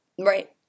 Right